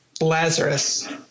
Lazarus